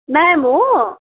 ma'am हो